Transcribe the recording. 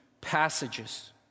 passages